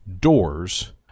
doors